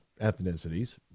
ethnicities